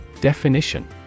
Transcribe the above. Definition